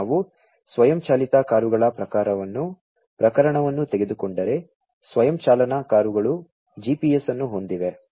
ನಾವು ಸ್ವಯಂ ಚಾಲಿತ ಕಾರುಗಳ ಪ್ರಕರಣವನ್ನು ತೆಗೆದುಕೊಂಡರೆ ಸ್ವಯಂ ಚಾಲನಾ ಕಾರುಗಳು ಜಿಪಿಎಸ್ ಅನ್ನು ಹೊಂದಿವೆ